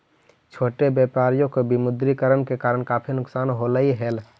छोटे व्यापारियों को विमुद्रीकरण के कारण काफी नुकसान होलई हल